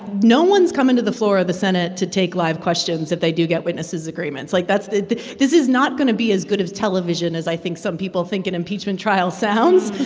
no one's coming to the floor of the senate to take live questions if they do get witnesses agreements. like, that's this is not going to be as good of television as i think some people think an impeachment trial sounds.